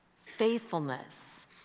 faithfulness